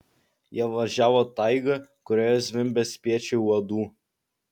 jie važiavo taiga kurioje zvimbė spiečiai uodų